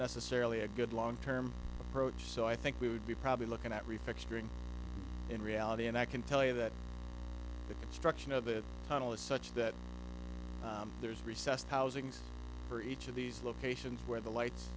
necessarily a good long term approach so i think we would be probably looking at refixed bring in reality and i can tell you that the construction of it tunnel is such that there's recessed housings for each of these locations where the lights